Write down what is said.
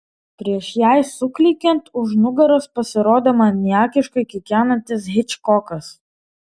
prieš jai suklykiant už nugaros pasirodė maniakiškai kikenantis hičkokas